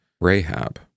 Rahab